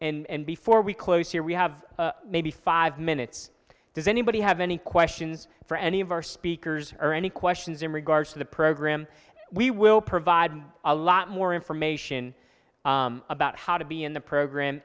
everyone and before we close here we have maybe five minutes does anybody have any questions for any of our speakers or any questions in regards to the program we will provide a lot more information about how to be in the program